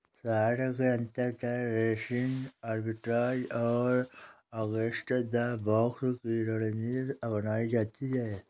short के अंतर्गत racing arbitrage और अगेंस्ट द बॉक्स की रणनीति अपनाई जाती है